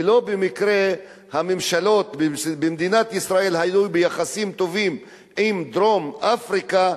ולא במקרה הממשלות במדינת ישראל היו ביחסים טובים עם דרום-אפריקה,